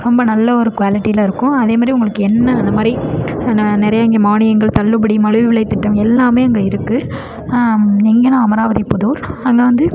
ரொம்ப நல்ல ஒரு குவாலிட்டியில் இருக்கும் அதேமாரி உங்களுக்கு என்ன இந்த மாதிரி நிறைய இங்கே மானியங்கள் தள்ளுபடி மலிவு விலை திட்டம் எல்லாம் அங்கே இருக்கு இங்கே தான் அமராவதி புதூர் அங்கே வந்து